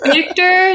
Victor